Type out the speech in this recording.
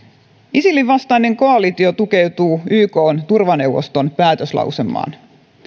isilin vastainen koalitio tukeutuu ykn turvaneuvoston päätöslauselmaan